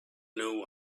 new